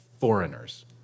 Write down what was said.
foreigners